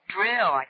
Drill